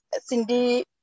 Cindy